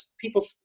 people